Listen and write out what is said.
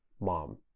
mom